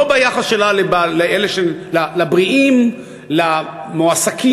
לא ביחס שלה לבריאים, למועסקים,